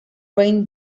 ray